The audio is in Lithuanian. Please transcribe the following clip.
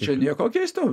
čia nieko keisto